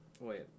wait